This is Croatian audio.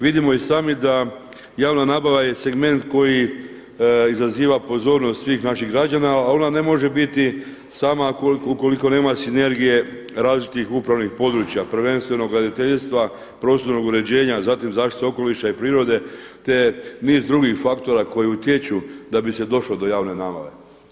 Vidimo i sami da javna nabava je segment koji izaziva pozornost svih naših građana ali ona može biti sama ukoliko nema sinergije različitih upravnih područja prvenstveno graditeljstva, prostornog uređenja zatim zaštite okoliša i prirode te niz drugih faktora koji utječu da bi se došlo do javne nabave.